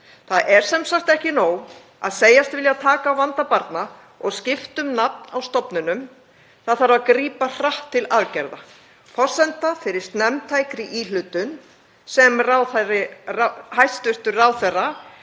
Það er sem sagt ekki nóg að segjast vilja taka á vanda barna og skipta um nafn á stofnunum. Það þarf að grípa hratt til aðgerða. Forsenda fyrir snemmtækri íhlutun, sem hæstv. ráðherra